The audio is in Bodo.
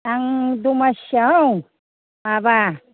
आं दमासियाव माबा